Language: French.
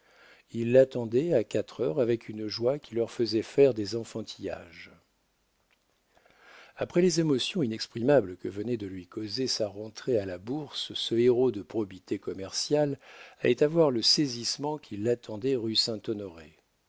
ils l'attendaient à quatre heures avec une joie qui leur faisait faire des enfantillages après les émotions inexprimables que venait de lui causer sa rentrée à la bourse ce héros de probité commerciale allait avoir le saisissement qui l'attendait rue